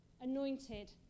Anointed